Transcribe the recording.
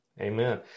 Amen